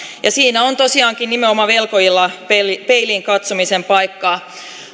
ja siinä on tosiaankin nimenomaan velkojilla peiliin peiliin katsomisen paikka